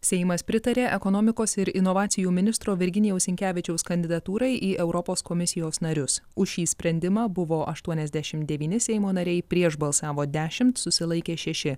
seimas pritarė ekonomikos ir inovacijų ministro virginijaus sinkevičiaus kandidatūrai į europos komisijos narius už šį sprendimą buvo aštuoniasdešim devyni seimo nariai prieš balsavo dešimt susilaikė šeši